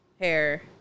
hair